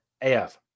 AF